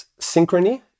synchrony